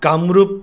Kamrup